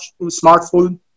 smartphone